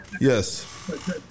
Yes